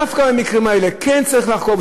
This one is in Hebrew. דווקא במקרים האלה כן צריך לחקור,